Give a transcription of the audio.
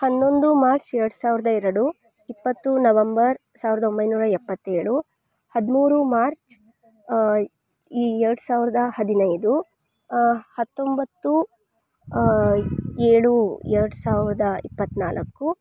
ಹನ್ನೊಂದು ಮಾರ್ಚ್ ಎರಡು ಸಾವಿರದ ಎರಡು ಇಪ್ಪತ್ತು ನವಂಬರ್ ಸಾವಿರದ ಒಂಬೈನೂರ ಎಪ್ಪತ್ತೇಳು ಹದಿಮೂರು ಮಾರ್ಚ್ ಈ ಎರಡು ಸಾವಿರದ ಹದಿನೈದು ಹತ್ತೊಂಬತ್ತು ಏಳು ಎರಡು ಸಾವಿರದ ಇಪ್ಪತ್ನಾಲ್ಕು